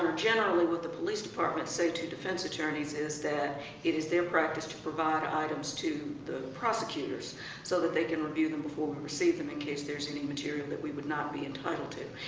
generally what the police departments say to defense attorneys is that it is their practice to provide items to the prosecutors so that they can review them before we receive them in case there's any material that we would not be entitled to.